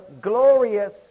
glorious